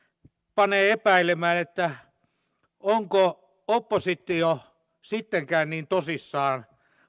panee epäilemään onko oppositio sittenkään niin tosissaan